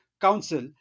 Council